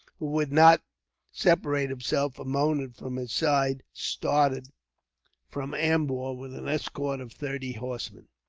who would not separate himself a moment from his side, started from ambur, with an escort of thirty horsemen.